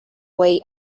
way